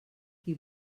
qui